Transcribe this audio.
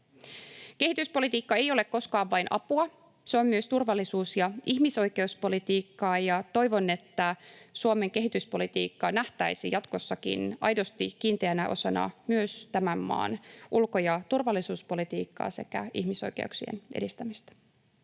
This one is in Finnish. Kehityspolitiikka ei ole koskaan vain apua. Se on myös turvallisuus- ja ihmisoikeuspolitiikkaa, ja toivon, että Suomen kehityspolitiikka nähtäisiin jatkossakin aidosti kiinteänä osana myös tämän maan ulko- ja turvallisuuspolitiikkaa sekä ihmisoikeuksien edistämistä.